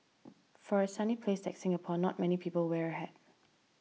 for a sunny place like Singapore not many people wear a hat